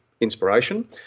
inspiration